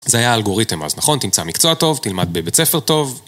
זה היה האלגוריתם אז, נכון? תמצא מקצוע טוב, תלמד בבית ספר טוב.